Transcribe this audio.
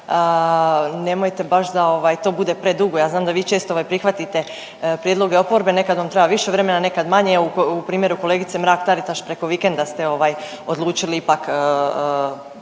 nemojte baš da ovaj to bude predugo. Ja znam da vi često ovaj prihvatite prijedloge oporbe, nekad vam treba više vremena, nekad manje, a u primjeru kolegice Mrak-Taritaš preko vikenda ste ovaj odlučili ipak